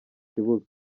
kibuga